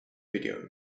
video